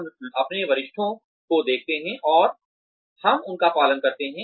हम अपने वरिष्ठों को देखते हैं और हम उनका पालन करते हैं